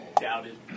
doubted